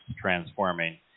transforming